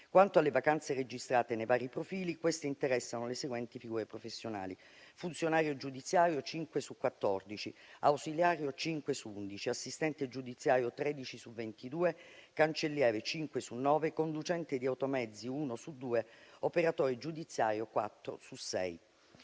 Quanto alle vacanze registrate nei vari profili, queste interessano le seguenti figure professionali: funzionario giudiziario, 5 su 14; ausiliario, 5 su 11; assistente giudiziario, 13 su 22; cancelliere, 5 su 9; conducente di automezzi, uno su due; operatore giudiziario, 4 su 6.